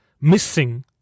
missing